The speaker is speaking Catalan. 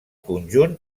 conjunt